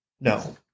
no